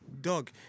dog